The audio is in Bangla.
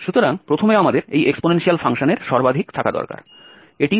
সুতরাং প্রথমে আমাদের এই এক্সপোনেনশিয়াল ফাংশনের সর্বাধিক থাকা দরকার